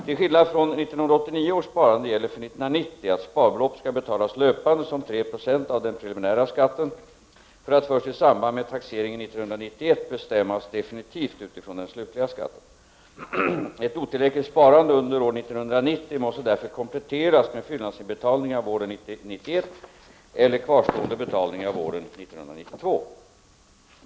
Till skillnad från 1989 års sparande gäller för 1990 att sparbelopp skall betalas löpande som 3 96 av den preliminära skatten för att först i samband med taxeringen 1991 bestämmas definitivt utifrån den slutliga skatten. Ett otillräckligt sparande under år 1990 måste därför kompletteras med fyllnadsinbetalningar våren 1991 eller kvarstående betalningar våren 1992.